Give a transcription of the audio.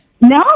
No